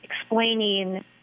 explaining